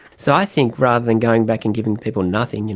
so i think rather than going back and giving people nothing, you